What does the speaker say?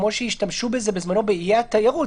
כמו שהשתמשו בזה בזמנו באיי התיירות?